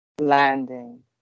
landing